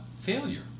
failure